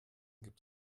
gibt